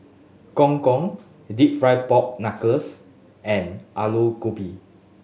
Gong Gong Deep Fried Pork Knuckles and Aloo Gobi